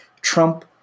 Trump